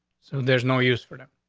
so there's no use for them.